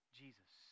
jesus